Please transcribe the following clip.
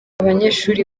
abanyeshuri